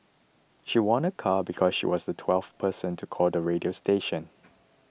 she won a car because she was the twelfth person to call the radio station